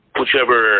whichever